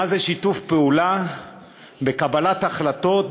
מה זה שיתוף פעולה בקבלת החלטות,